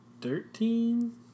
thirteen